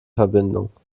verbindung